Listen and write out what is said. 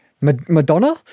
Madonna